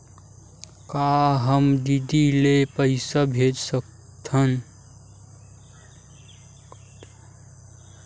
का हम डी.डी ले पईसा भेज सकत हन?